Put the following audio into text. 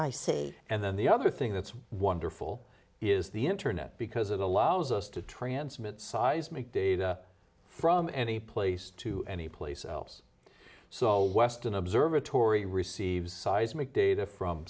i say and then the other thing that's wonderful is the internet because it allows us to transmit seismic data from anyplace to anyplace else so western observatory receives seismic data from